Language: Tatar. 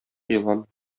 елан